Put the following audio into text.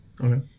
okay